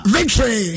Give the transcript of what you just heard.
Victory